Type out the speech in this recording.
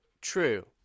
True